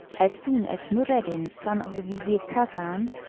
as soon as noureddin, son of the vizir khacan,